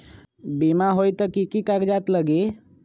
बिमा होई त कि की कागज़ात लगी?